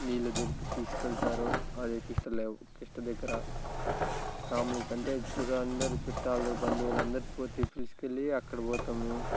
నీళ్ళు దగ్గరకి తీసుకెళతారు అదే కిష్ట లే కిష్ట దగ్గర ఫ్యామిలీస్ అంటే చుట్టాలందరూ చుట్టాలు బంధువులు అందరూ పోతే తీసుకువెళ్ళి అక్కడ పోతాము మేము